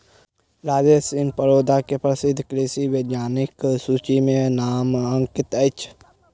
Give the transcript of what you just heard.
राजेंद्र सिंह परोदा के प्रसिद्ध कृषि वैज्ञानिकक सूचि में नाम अंकित अछि